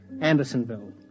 Andersonville